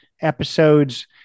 episodes